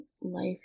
life